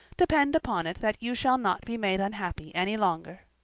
depend upon it that you shall not be made unhappy any longer.